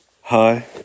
Hi